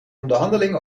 onderhandeling